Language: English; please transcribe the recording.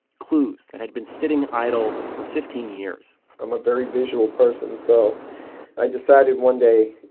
clues that had been sitting idle for fifteen years i'm a very visual person. so i decided one day,